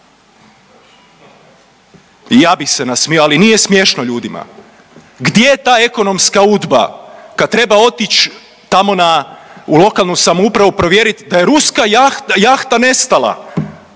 I ja bih se nasmijao, ali nije smiješno ljudima. Gdje je ta ekonomska Udba kad treba otić tamo na u lokalnu samoupravu provjerit da je ruska jahta nestala?